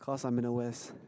cause I'm in the west